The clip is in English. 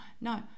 No